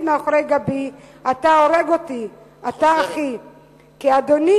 מאחורי גבי / אתה הורג אותי / אתה הרי אחי / אתה הרי אחי / כי אדוני